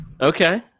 Okay